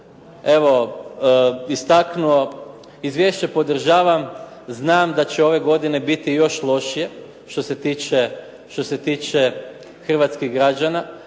evo istaknuo, izvješće podržavam. Znam da će ove godine biti još lošije, što se tiče hrvatskih građana.